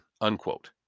unquote